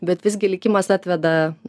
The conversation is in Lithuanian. bet visgi likimas atveda